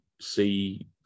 see